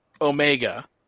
Omega